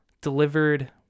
delivered